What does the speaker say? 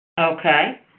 Okay